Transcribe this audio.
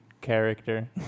character